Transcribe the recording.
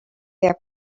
their